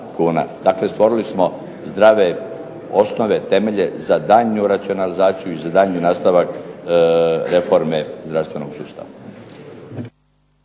Dakle, stvorili smo zdrave, osnove, temelje za daljnju racionalizaciju i za daljnji nastavak reforme zdravstvenog sustava.